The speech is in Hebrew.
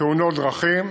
תאונות דרכים